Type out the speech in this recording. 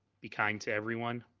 be kind to everyone,